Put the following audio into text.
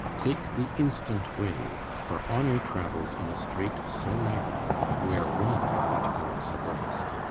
take the instant way for honour travels in a strait so narrow where one but goes abreast.